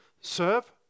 serve